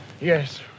Yes